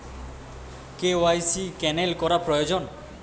KYC cancel করা প্রয়োজন?